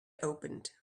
opened